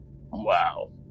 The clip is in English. Wow